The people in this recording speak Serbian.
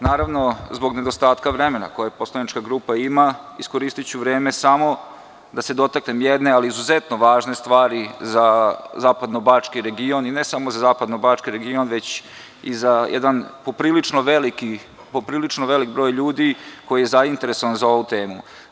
Naravno, zbog nedostatka vremena koje poslanička grupa ima, iskoristiću vreme samo da se dotaknem jedne, ali izuzetno važne stvari za Zapadnobački region, i ne samo za Zapadnobački region, već i za jedan poprilično veliki broj ljudi koji je zainteresovan za ovu temu.